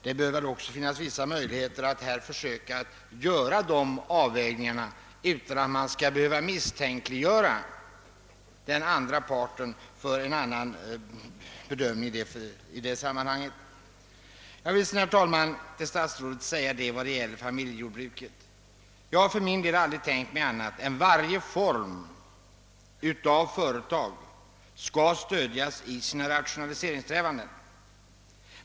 Det bör finnas möjligheter att göra avvägningar utan att man skall behöva bli misstänkliggjord av den som kommit till en annan bedömning. Jag vill sedan, herr talman, när det gäller familjejordbruk säga till statsrå det att jag aldrig tänkt mig något annat än att varje jordbruksföretag — vilken form det än har — skall stödjas i sina rationaliseringssträvanden.